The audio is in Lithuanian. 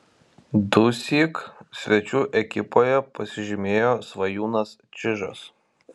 dusyk svečių ekipoje pasižymėjo svajūnas čyžas